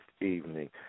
evening